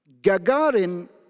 Gagarin